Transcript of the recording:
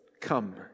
Come